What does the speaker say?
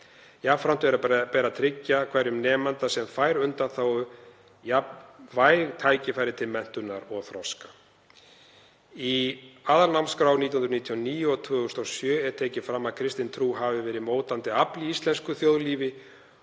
Jafnframt ber að tryggja hverjum nemanda sem fær undanþágu jafnvæg tækifæri til menntunar og þroska.“ Í aðalnámskrá árið 1999 og 2007 er tekið fram að kristin trú hafi verið mótandi afl í íslensku þjóðlífi